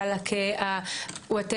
החלאקה וכן הלאה.